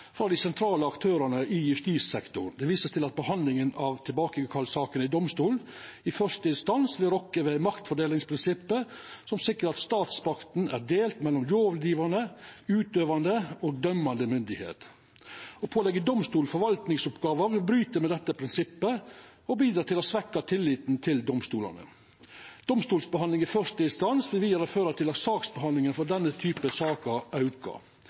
frå dei sentrale aktørane i justissektoren. Det vert vist til at ei behandling av tilbakekallssakene i domstolen i første instans vil rokka ved maktfordelingsprinsippet, som sikrar at statsmakta er delt mellom lovgjevande, utøvande og dømmande myndigheit. Å påleggja domstolane forvaltningsoppgåver vil bryta med dette prinsippet og bidra til å svekkja tilliten til domstolane. Domstolsbehandling i første instans vil vidare føra til at saksbehandlingstida for denne typen saker aukar.